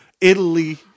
Italy